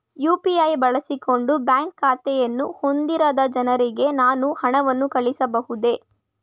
UPI ಬಳಸಿಕೊಂಡು bank ಖಾತೆಯನ್ನು ಹೊಂದಿರದ ಜನರಿಗೆ ನಾನು ಹಣವನ್ನು ಕಳುಹಿಸಬಹುದೇ?